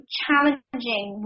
challenging